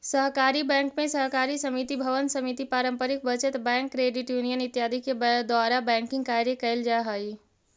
सहकारी बैंक में सहकारी समिति भवन समिति पारंपरिक बचत बैंक क्रेडिट यूनियन इत्यादि के द्वारा बैंकिंग कार्य कैल जा हइ